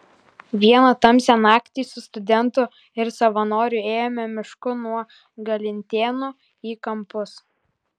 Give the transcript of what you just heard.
vieną tamsią naktį su studentu ir savanoriu ėjome mišku nuo galintėnų į kampus